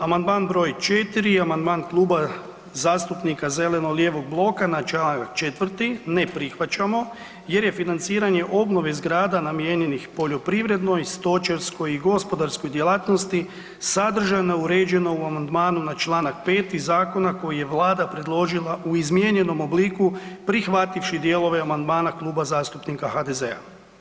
Amandman br. 4 amandman Kluba zastupnika zeleno-lijevog bloka na čl. 4. ne prihvaćamo jer je financiranje obnove zgrada namijenjenih poljoprivrednoj, stočarskoj i gospodarskoj djelatnosti sadržana i uređena u amandmanu na čl. 5 Zakona koji je Vlada predložila u izmijenjenom obliku prihvativši dijelove amandmana Kluba zastupnika HDZ-a.